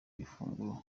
igifungo